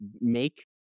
make